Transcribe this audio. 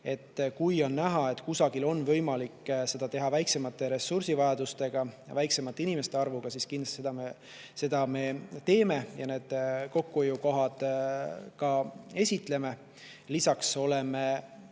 Kui on näha, et kusagil on võimalik neid teha väiksema ressursi[kuluga] ja väiksema inimeste arvuga, siis kindlasti seda me teeme ja neid kokkuhoiukohti ka esitleme. Lisaks oleme